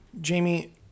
Jamie